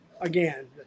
Again